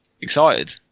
Excited